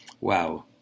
Wow